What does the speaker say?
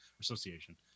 Association